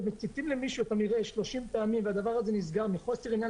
כשמציתים למישהו את המרעה 30 פעמים הדבר הזה נסגר מחוסר עניין